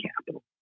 capital